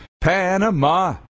Panama